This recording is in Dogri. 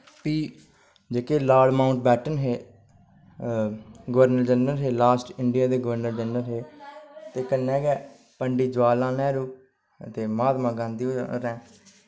फ्ही जेह्के लार्ड माऊंट बैटन हे गवर्नर जनरल हे लास्ट इंडिया दे गवर्नर जनरल हे ते कन्नै गै पण्डित जवाहर लाल नेहरू ते महात्मा गांधी होरैं